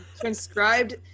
transcribed